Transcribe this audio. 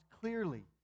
clearly